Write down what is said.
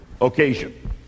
occasion